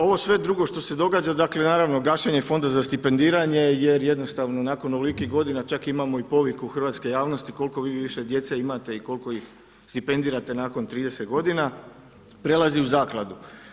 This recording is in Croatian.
Ovo sve drugo što se događa dakle, naravno gašenje Fonda za stipendiranje jer jednostavno nakon ovolikih godina čak imamo i poviku hrvatske javnosti koliko vi više djece imate i koliko ih stipendirate nakon 30 godina, prelazi u Zakladu.